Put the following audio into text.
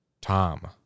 Tom